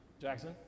Jackson